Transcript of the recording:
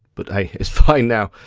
but hey, it's fine now.